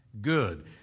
good